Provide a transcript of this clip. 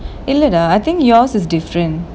இல்லடா:illadaa I think yours is different